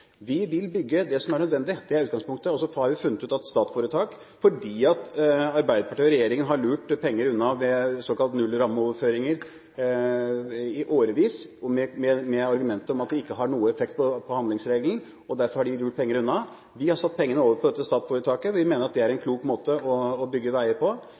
Vi vil bygge det som er nødvendig, det er utgangspunktet. Så har vi funnet ut av dette med statsforetak. Arbeiderpartiet og regjeringen har i årevis lurt unna penger ved såkalte nullrammeoverføringer med det argument at det ikke har noen effekt på handlingsregelen. Vi har satt pengene over på dette statsforetaket. Vi mener at det er en klok måte å bygge veier på,